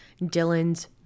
Dylan's